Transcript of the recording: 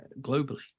globally